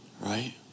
Right